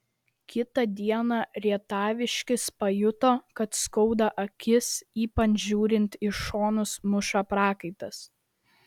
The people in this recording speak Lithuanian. kitą dieną rietaviškis pajuto kad skauda akis ypač žiūrint į šonus muša prakaitas